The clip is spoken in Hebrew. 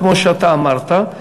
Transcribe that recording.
כמו שאתה אמרת,